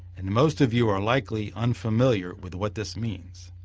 and most of you are likely unfamiliar with what this means.